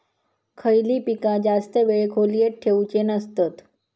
खयली पीका जास्त वेळ खोल्येत ठेवूचे नसतत?